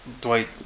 Dwight